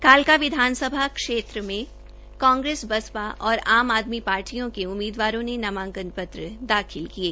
कालका विधानसभा क्षेत्र में कांग्रेस बासपा और आप आदमी पार्टियों के उम्मीदवारों ने नामांकन पत्र दाखिल किये